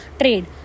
trade